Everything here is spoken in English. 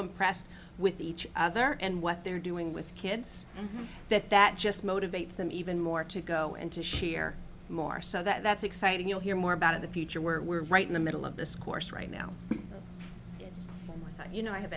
impressed with each other and what they're doing with kids and that that just motivates them even more to go and to share more so that's exciting you'll hear more about in the future where we're right in the middle of this course right now where you know i have